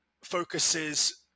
focuses